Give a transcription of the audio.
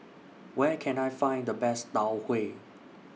Where Can I Find The Best Tau Huay